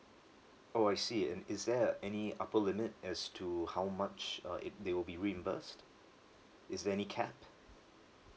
oh I see and is there a any upper limit as to how much uh it they will be reimbursed is there any cap